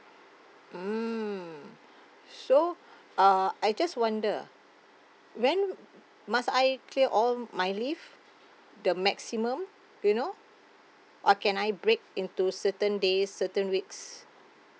mm so uh I just wonder when must I clear all my leave the maximum you know or can I break into certain days certain weeks